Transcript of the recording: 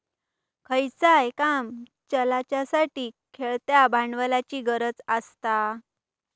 खयचाय काम चलाच्यासाठी खेळत्या भांडवलाची गरज आसता